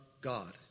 God